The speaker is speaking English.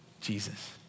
Jesus